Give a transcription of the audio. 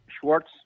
Schwartz